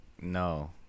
no